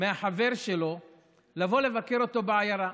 מהחבר שלו לבוא לבקר אותו בעיירה.